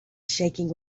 shaking